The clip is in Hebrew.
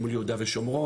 אל מול יהודה ושמורון,